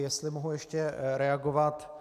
Jestli mohu ještě reagovat.